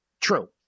True